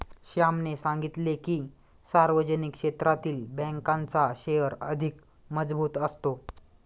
श्यामने सांगितले की, सार्वजनिक क्षेत्रातील बँकांचा शेअर अधिक मजबूत असतो